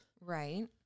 Right